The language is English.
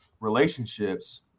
relationships